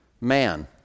man